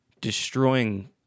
destroying